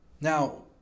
Now